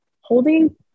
holding